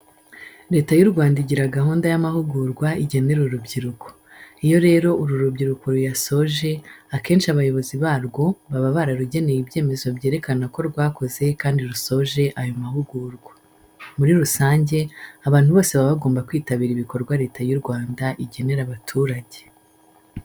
Leta y'u Rwanda igira gahunda y'amahugurwa iginera urubyiruko. Iyo rero uru rubyiruko ruyasoje, akenshi abayobozi barwo, baba bararugeneye ibyemezo byerekana ko rwakoze, kandi rusoje ayo mahugurwa. Muri rusange abantu bose baba bagomba kwitabira ibikorwa Leta y'u Rwanda igenera abaturage.